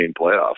playoff